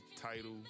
title